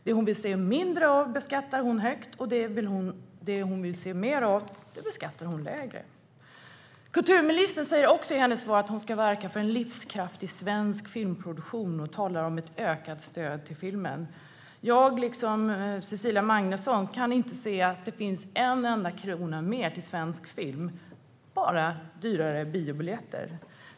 Det hon vill se mindre av beskattar hon högt, och det hon vill se mer av beskattar hon lägre. Kulturministern säger också i sitt svar att hon ska verka för en livskraftig svensk filmproduktion och talar om ett ökat stöd till filmen. Jag, liksom Cecilia Magnusson, kan inte se att det finns en enda krona mer till svensk film, bara dyrare biobiljetter.